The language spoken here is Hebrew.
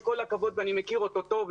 עם כל הכבוד ואני מכיר אותו טוב,